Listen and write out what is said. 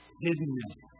hiddenness